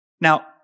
Now